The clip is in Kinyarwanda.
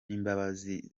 n’imbabazi